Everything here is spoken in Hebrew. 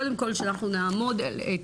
קודם כל שאנחנו נעמוד את